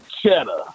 cheddar